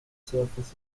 surfaces